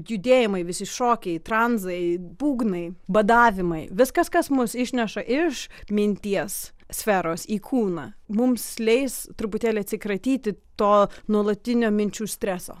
judėjimai visi šokiai transai būgnai badavimai viskas kas mus išneša iš minties sferos į kūną mums leis truputėlį atsikratyti to nuolatinio minčių streso